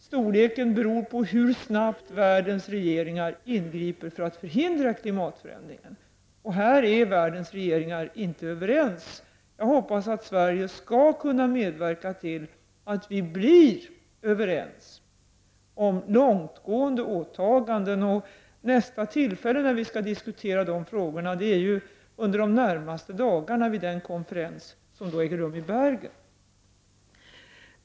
Storleken beror på hur snabbt världens regeringar ingriper för att förhindra klimatförändringen, och här är världens regeringar inte överens. Jag hoppas att Sverige skall kunna medverka till att vi blir överens om långtgående åtaganden. Nästa tillfälle att diskutera de frågorna har vi under en konferens som under de närmaste dagarna äger rum i Bergen.